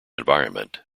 environment